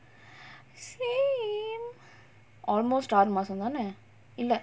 same almost ஆறு மாசோ தான இல்ல:aaru maaso thaana illa